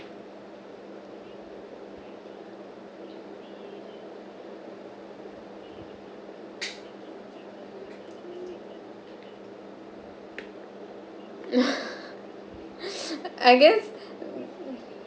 I guess